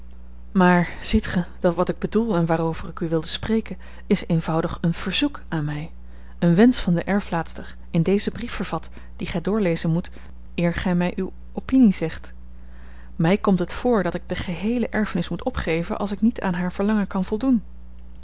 maar ziet gij dat wat ik bedoel en waarover ik u wilde spreken is eenvoudig een verzoek aan mij een wensch van de erflaatster in dezen brief vervat dien gij doorlezen moet eer gij mij uwe opinie zegt mij komt het voor dat ik de geheele erfenis moet opgeven als ik niet aan haar verlangen kan voldoen